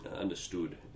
understood